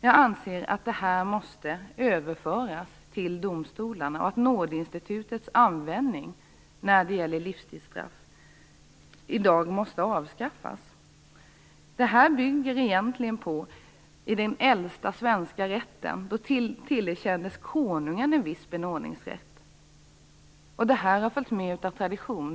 Jag anser att den uppgiften måste överföras till domstolarna och att Nådeinstitutets nuvarande roll vid livstidsstraffen måste avskaffas. Det bygger egentligen på den äldsta svenska rätten. Då tillerkändes konungen en viss benådningsrätt, och den har följt med av tradition.